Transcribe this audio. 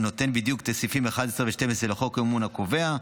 נותן בדיוק את הסעיפים 11 ו-12 לחוק המימון הקובע,